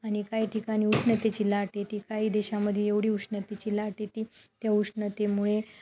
आणि काही ठिकाणी उष्नतेची लाट येते ती काही देशामध्ये एवढी उष्णतेची लाट येते की त्या उष्णतेमुळे